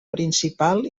principal